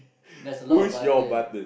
there's a lot of button